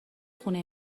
خونه